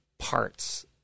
parts